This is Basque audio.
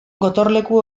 gotorleku